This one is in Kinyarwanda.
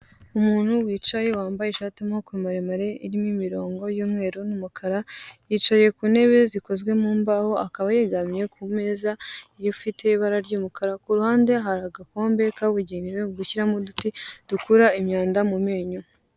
Umuntu wicaye wambaye ishati irimo amaboko maremare irimo imirongo y'umweru n'umukara yicaye ku ntebe zikozwe mu mbaho akaba yegemye ku meza ifite ibara ry'umukara ku ruhande hari agakombe kabugenewe mu gushyiramo uduti dukura imyanda mu menyo.